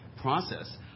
process